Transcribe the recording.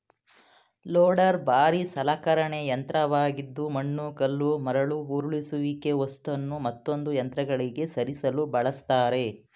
loader ಭಾರೀ ಸಲಕರಣೆ ಯಂತ್ರವಾಗಿದ್ದು ಮಣ್ಣು ಕಲ್ಲು ಮರಳು ಉರುಳಿಸುವಿಕೆ ವಸ್ತುನು ಮತ್ತೊಂದು ಯಂತ್ರಗಳಿಗೆ ಸರಿಸಲು ಬಳಸ್ತರೆ